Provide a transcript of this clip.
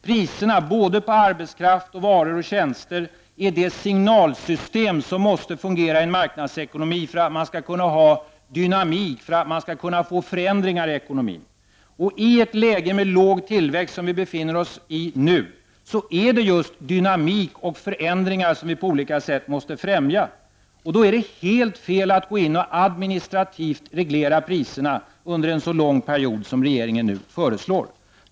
Priserna både på arbetskraft och på varor och tjänster är det signalsystem som måste fungera i en marknadsekonomi för att man skall kunna ha dynamik och få förändringar i ekonomin. I ett läge med låg tillväxt som vi befinner oss i nu är det just dynamik och förändringar som vi på olika sätt måste främja. Då är det helt fel att gå in och adminstrativt reglera priserna under en så lång period som regeringen föreslår.